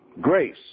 Grace